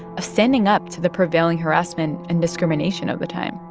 ascending up to the prevailing harassment and discrimination of the time?